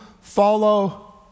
follow